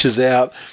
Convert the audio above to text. out